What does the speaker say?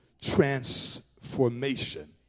transformation